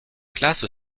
classe